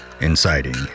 inciting